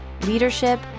leadership